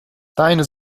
deine